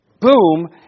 Boom